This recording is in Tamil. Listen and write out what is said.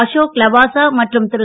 அசோக் லவாசா மற்றும் திரு